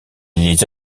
les